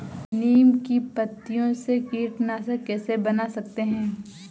नीम की पत्तियों से कीटनाशक कैसे बना सकते हैं?